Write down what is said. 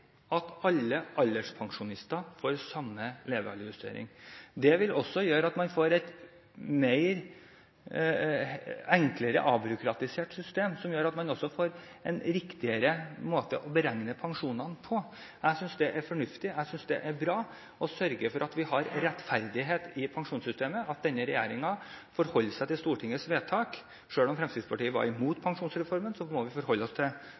at alle alderspensjonister får samme levealdersjustering. Det vil gjøre at man får et enklere, avbyråkratisert system som gjør at man får en riktigere måte å beregne pensjonene på. Jeg synes det er fornuftig. Jeg synes det er bra å sørge for at vi har rettferdighet i pensjonssystemet – at denne regjeringen forholder seg til Stortingets vedtak. Selv om Fremskrittspartiet var imot pensjonsreformen, må vi forholde oss til